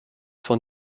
von